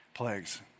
plagues